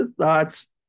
thoughts